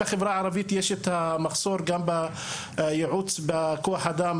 בחברה הערבית יש את המחסור גם בייעוץ בכוח אדם